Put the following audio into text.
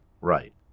Right